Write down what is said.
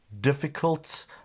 difficult